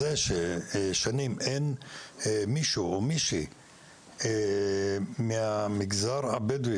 זה ששנים אין מישהו או מישהי מהמגזר הבדואי